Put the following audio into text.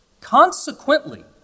Consequently